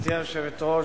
גברתי היושבת-ראש,